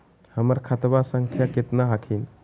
हमर खतवा संख्या केतना हखिन?